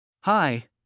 Hi